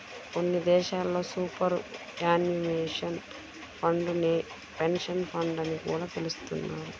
కొన్ని దేశాల్లో superannuation fund నే పెన్షన్ ఫండ్ అని కూడా పిలుస్తున్నారు